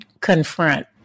confront